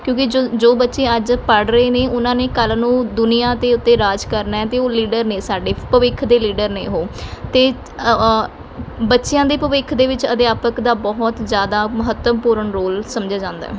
ਕਿਉਂਕਿ ਜੋ ਜੋ ਬੱਚੇ ਅੱਜ ਪੜ੍ਹ ਰਹੇ ਨੇ ਉਹਨਾਂ ਨੇ ਕੱਲ੍ਹ ਨੂੰ ਦੁਨੀਆਂ ਦੇ ਉੱਤੇ ਰਾਜ ਕਰਨਾ ਅਤੇ ਉਹ ਲੀਡਰ ਨੇ ਸਾਡੇ ਭਵਿੱਖ ਦੇ ਲੀਡਰ ਨੇ ਉਹ ਅਤੇ ਬੱਚਿਆਂ ਦੇ ਭਵਿੱਖ ਦੇ ਵਿੱਚ ਅਧਿਆਪਕ ਦਾ ਬਹੁਤ ਜ਼ਿਆਦਾ ਮਹੱਤਵਪੂਰਨ ਰੋਲ ਸਮਝਿਆ ਜਾਂਦਾ ਏ